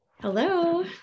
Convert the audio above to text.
Hello